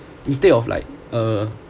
instead of like uh